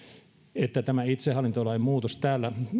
että tämä itsehallintolain muutos täällä